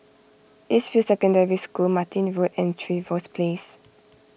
East View Secondary School Martin Road and Trevose Place